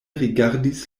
rigardis